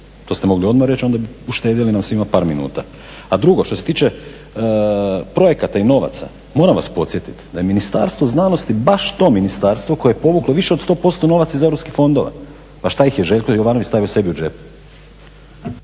to ste mogli odmah reći, onda bi uštedjeli nam svima par minuta. A drugo, što se tiče projekata i novaca, moram vas podsjetiti da je Ministarstvo znanosti baš to ministarstvo koje je povuklo više od 100% novaca iz europskih fondova. Pa što ih je Željko Jovanović stavio sebi u džep?